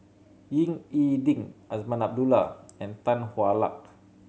Ying E Ding Azman Abdullah and Tan Hwa Luck